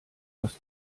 das